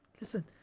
listen